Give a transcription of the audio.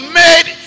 made